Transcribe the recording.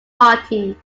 party